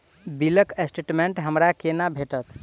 बिलक स्टेटमेंट हमरा केना भेटत?